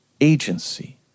agency